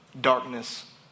darkness